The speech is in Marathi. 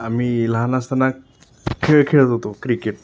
आम्ही लहान असताना खेळ खेळत होतो क्रिकेट